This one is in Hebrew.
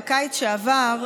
בקיץ שעבר,